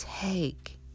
Take